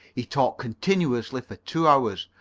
he talked continuously for two hours,